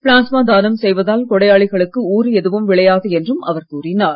plasma தானம் செய்வதால் கொடையாளிகளுக்கு ஊறு எதுவும் விளையாது என்றும் அவர் கூறினார்